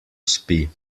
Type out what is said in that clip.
spi